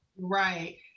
Right